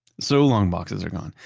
so, long boxes are gone.